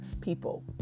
people